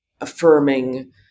affirming